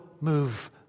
move